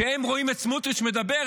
כשהם רואים את סמוטריץ' מדבר,